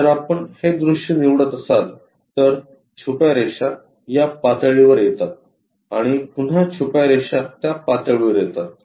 जर आपण हे दृश्य निवडत असाल तर छुप्या रेषा या पातळीवर येतात आणि पुन्हा छुप्या रेषा त्या पातळीवर येतात